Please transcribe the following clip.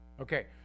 Okay